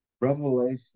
Revelation